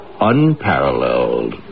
unparalleled